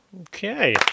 Okay